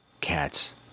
Cats